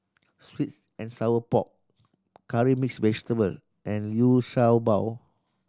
sweet and sour pork curry mix vegetable and Liu Sha Bao